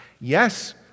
Yes